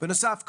בנוסף,